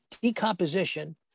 decomposition